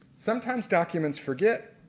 sometimes documents forget,